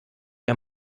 ihr